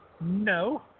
No